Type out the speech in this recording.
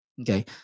okay